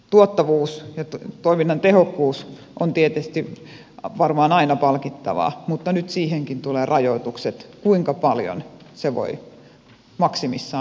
tuottavuus toiminnan tehokkuus on tietysti varmaan aina palkittavaa mutta nyt siihenkin tulee rajoitukset kuinka paljon se voi maksimissaan olla